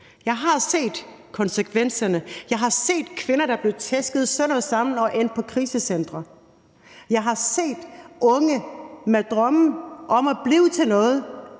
Jeg har set konsekvenserne. Jeg har set kvinder, der blev tæsket sønder og sammen og endte på krisecentre. Jeg har set unge med drømme om at blive til noget